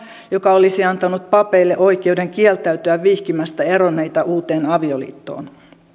joka olisi antanut papeille oikeuden kieltäytyä vihkimästä eronneita uuteen avioliittoon